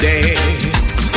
Dance